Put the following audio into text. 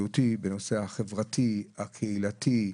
הנושא החברתי, הקהילתי,